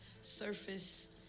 surface